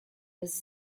was